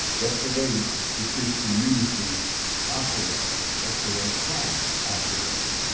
that's the way the christian ministry operates. that's the way christ operates.